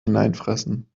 hineinfressen